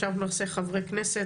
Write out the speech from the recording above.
עכשיו נעשה חברי כנסת,